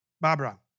Barbara